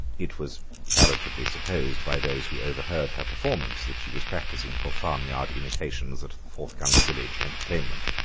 it was charitably supposed by those who overheard her performance, that she was practising for farmyard imitations at the forth-coming village entertainment.